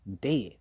dead